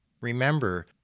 Remember